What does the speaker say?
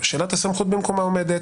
שאלת הסמכות במקומה עומדת,